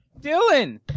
Dylan